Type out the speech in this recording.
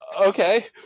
Okay